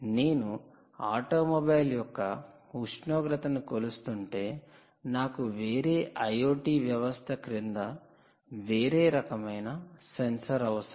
నేను ఆటోమొబైల్ యొక్క ఉష్ణోగ్రతను కొలుస్తుంటే నాకు వేరే IoT వ్యవస్థ క్రింద వేరే రకమైన సెన్సార్ అవసరం